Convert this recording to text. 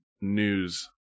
news